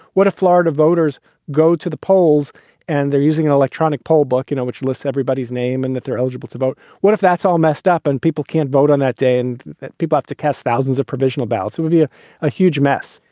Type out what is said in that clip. what a florida voters go to the polls and they're using an electronic poll, books, you know, which lists everybody's name and that they're eligible to vote. what if that's all messed up and people can't vote on that day and people have to cast thousands of provisional ballots would be ah a huge mess.